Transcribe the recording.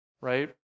right